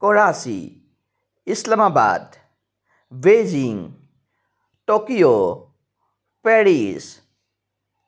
Karachi Islamabad Beijing Tokyo Paris